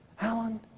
Alan